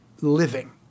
living